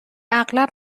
اغلب